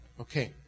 Okay